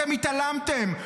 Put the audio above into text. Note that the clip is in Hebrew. אתם התעלמתם.